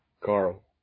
Carl